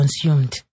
consumed